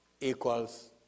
Equals